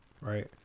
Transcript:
Right